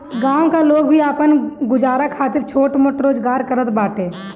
गांव का लोग भी आपन गुजारा खातिर छोट मोट रोजगार करत बाटे